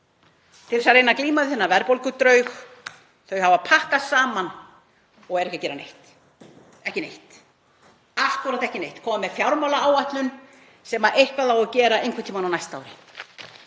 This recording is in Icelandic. til þess að reyna að glíma við þennan verðbólgudraug, þau hafa pakkað saman og eru ekki að gera neitt, ekki neitt, akkúrat ekki neitt. Þau koma með fjármálaáætlun sem eitthvað á að gera einhvern tímann á næsta ári,